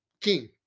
king